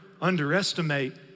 underestimate